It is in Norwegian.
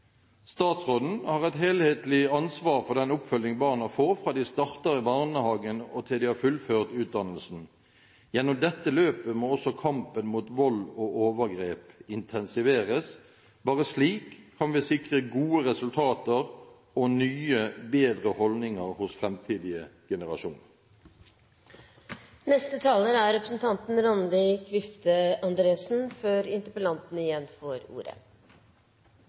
Statsråden har et helhetlig ansvar for den oppfølging barna får, fra de starter i barnehagen, og til de har fullført utdannelsen. Gjennom dette løpet må også kampen mot vold og overgrep intensiveres, bare slik kan vi sikre gode resultater og nye, bedre holdninger hos framtidige generasjoner. Jeg må også rette en takk til interpellanten